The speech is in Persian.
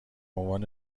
عنوان